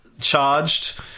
charged